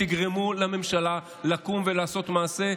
תגרמו לממשלה לקום ולעשות מעשה,